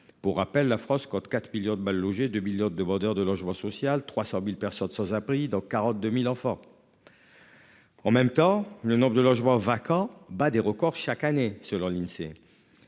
Pour rappel, la France compte 4 millions de mal-logés 2000 vendeurs de l'je vois social 300.000 personnes sans abri dans 42.000 enfants. En même temps le nombre de logements vacants bat des records. Chaque année, selon l'Insee.